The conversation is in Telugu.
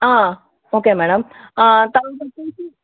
ఓకే మేడం థౌజండ్ నుంచి